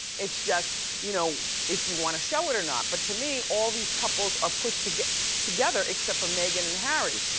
it's just you know if you wanna show it or not. but to me, all these couples are pushed together, except for meghan and harry.